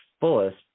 fullest